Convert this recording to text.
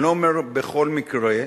אני לא אומר בכל מקרה,